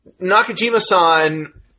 Nakajima-san